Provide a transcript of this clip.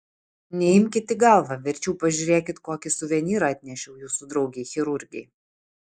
neimkit į galvą verčiau pažiūrėkit kokį suvenyrą atnešiau jūsų draugei chirurgei